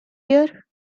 here